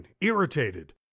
irritated